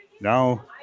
Now